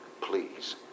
please